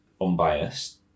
unbiased